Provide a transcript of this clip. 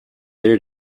their